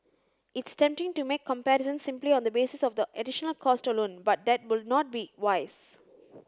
it's tempting to make comparisons simply on the basis of the additional cost alone but that would not be wise